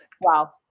wow